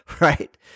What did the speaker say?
Right